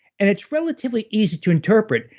and it's relatively easy to interpret,